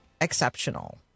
exceptional